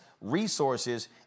resources